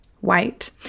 white